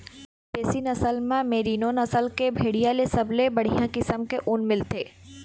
बिदेशी नसल म मेरीनो नसल के भेड़िया ले सबले बड़िहा किसम के ऊन मिलथे